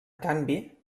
canvi